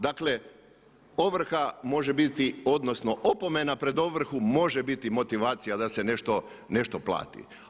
Dakle, ovrha može biti, odnosno opomena pred ovrhu može biti motivacija da se nešto plati.